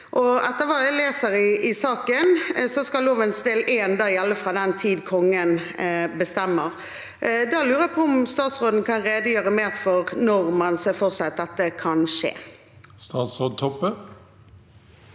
Etter hva jeg leser i saken, skal lovens del I gjelde fra den tid Kongen bestemmer. Da lurer jeg på om statsråden kan redegjøre mer for når man ser for seg at dette kan skje. Statsråd